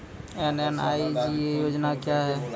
MNREGA योजना क्या हैं?